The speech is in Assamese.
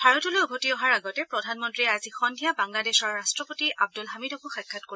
ভাৰতলৈ উভতি অহাৰ আগতে প্ৰধানমন্ত্ৰীয়ে আজি সদ্ধিয়া বাংলাদেশৰ ৰাট্টপতি আব্দুল হামিদকো সাক্ষাৎ কৰিব